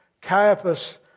Caiaphas